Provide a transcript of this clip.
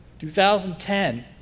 2010